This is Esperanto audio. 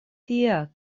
tia